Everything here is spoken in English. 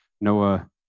Noah